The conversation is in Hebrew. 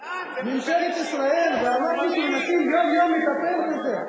ממשלת ישראל, ואנחנו שמנסים יום-יום לטפל בזה,